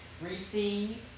Receive